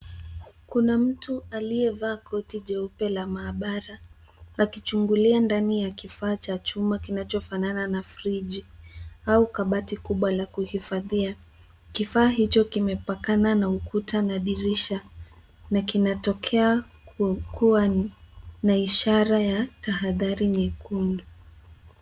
Kuna mtu aliyevaa koti jeupe la maabara. Akichungulia ndani ya kifaa cha chuma kinachofanana na friji au kabati kubwa la kuhifadhia. Kifaa hicho kimepakana na ukuta na dirisha, na kinatokea kua na ishara ya tahadhari nyekundu.